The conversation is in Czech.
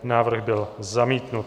Návrh byl zamítnut.